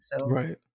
Right